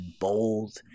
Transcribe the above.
bold